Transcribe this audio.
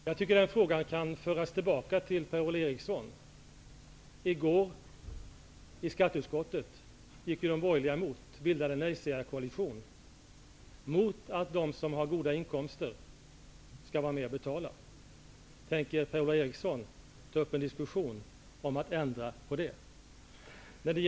Fru talman! Jag tycker att den frågan kan föras tillbaka till Per-Ola Eriksson. I går bildade ju de borgerliga i skatteutskottet en nejsägarkoalition och gick emot förslaget om att de som har goda inkomster skall vara med och betala. Tänker Per Ola Eriksson ta upp en diskussion om en ändring i det avseendet?